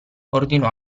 ordinò